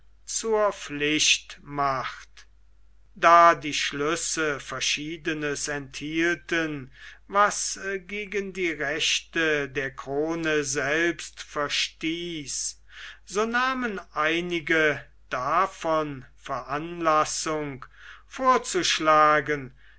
zur pflicht macht da die schlüsse verschiedenes enthielten was gegen die rechte der krone selbst verstieß so nahmen einige davon veranlassung vorzuschlagen